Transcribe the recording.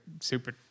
super